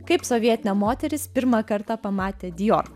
kaip sovietinė moteris pirmą kartą pamatė dior